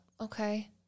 Okay